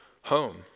home